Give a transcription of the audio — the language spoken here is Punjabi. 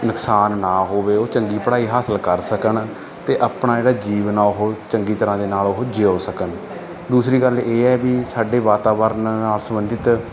ਨੁਕਸਾਨ ਨਾ ਹੋਵੇ ਉਹ ਚੰਗੀ ਪੜ੍ਹਾਈ ਹਾਸਲ ਕਰ ਸਕਣ ਅਤੇ ਆਪਣਾ ਜਿਹੜਾ ਜੀਵਨ ਆ ਉਹ ਚੰਗੀ ਤਰ੍ਹਾਂ ਦੇ ਨਾਲ ਉਹ ਜੀਓ ਸਕਣ ਦੂਸਰੀ ਗੱਲ ਇਹ ਹੈ ਵੀ ਸਾਡੇ ਵਾਤਾਵਰਨ ਨਾਲ ਸੰਬੰਧਿਤ